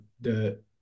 the-